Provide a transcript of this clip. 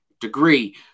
degree